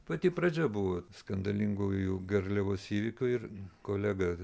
pati pradžia buvo skandalingųjų garliavos įvykių ir kolega